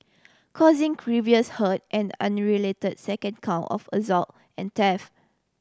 causing grievous hurt an unrelated second count of assault and theft